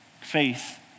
Faith